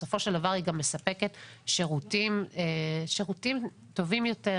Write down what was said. היא גם מספקת שירותים טובים יותר,